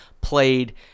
played